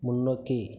முன்னோக்கி